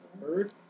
Third